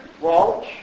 Walsh